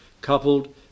coupled